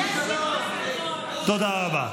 תודה רבה.